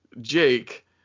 Jake